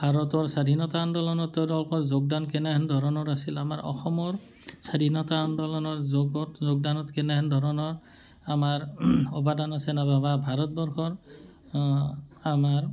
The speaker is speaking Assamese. ভাৰতৰ স্বাধীনতা আন্দোনত তেওঁলোকৰ যোগদান কেনেহেন ধৰণৰ আছিল আমাৰ অসমৰ স্বাধীনতা আন্দোলনৰ যুগত যোগদানত কেনেহেন ধৰণৰ আমাৰ অৱদান আছে ন বা ভাৰতবৰ্ষৰ আমাৰ